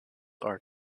are